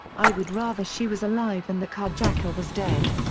i would rather she was alive and the carjacker was dead.